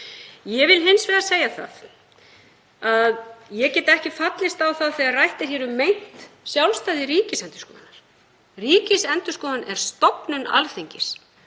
Ég vil hins vegar segja að ég get ekki fallist á það þegar rætt er hér um meint sjálfstæði Ríkisendurskoðunar. Ríkisendurskoðun er stofnun Alþingis.